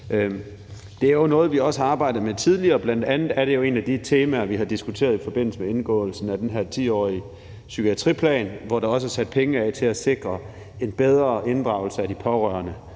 Det er jo noget, vi også har arbejdet med tidligere. Bl.a. er det et af de temaer, vi har diskuteret i forbindelse med indgåelsen af den her 10-årige psykiatriplan, hvori der også er sat penge af til at sikre en bedre inddragelse af de pårørende.